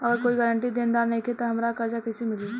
अगर कोई गारंटी देनदार नईखे त हमरा कर्जा कैसे मिली?